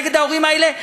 נגד ההורים האלה,